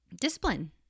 discipline